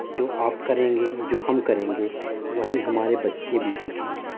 جو آپ کریں گے جو ہم کریں گے وہی ہمارے بچے بھی سیکھیں گے